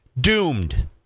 Doomed